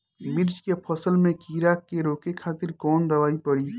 मिर्च के फसल में कीड़ा के रोके खातिर कौन दवाई पड़ी?